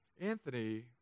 Anthony